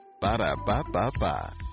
Ba-da-ba-ba-ba